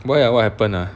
why ah what happen ah